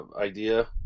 idea